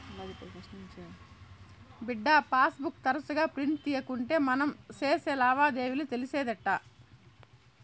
బిడ్డా, passbook తరచుగా print తీయకుంటే మనం సేసే లావాదేవీలు తెలిసేటెట్టా